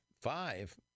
five